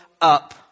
up